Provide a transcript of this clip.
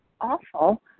awful